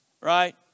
right